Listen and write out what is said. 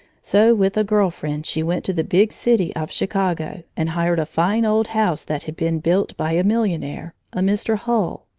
so with a girl friend she went to the big city of chicago and hired a fine old house that had been built by a millionaire, a mr. hull.